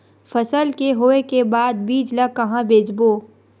फसल के होय के बाद बीज ला कहां बेचबो?